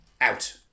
out